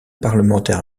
parlementaire